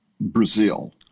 Brazil